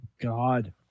God